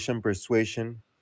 persuasion